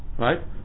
Right